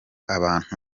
abantu